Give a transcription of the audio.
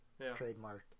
Trademarked